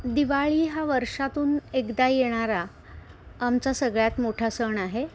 दिवाळी हा वर्षातून एकदा येणारा आमचा सगळ्यात मोठा सण आहे